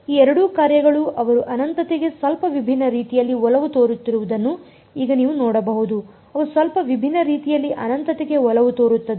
ಈ ಎರಡೂ ಕಾರ್ಯಗಳು ಅವರು ಅನಂತತೆಗೆ ಸ್ವಲ್ಪ ವಿಭಿನ್ನ ರೀತಿಯಲ್ಲಿ ಒಲವು ತೋರುತ್ತಿರುವುದನ್ನು ಈಗ ನೀವು ನೋಡಬಹುದು ಅವು ಸ್ವಲ್ಪ ವಿಭಿನ್ನ ರೀತಿಯಲ್ಲಿ ಅನಂತತೆಗೆ ಒಲವು ತೋರುತ್ತವೆ